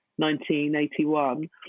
1981